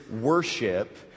worship